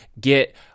get